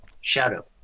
shadow